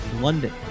London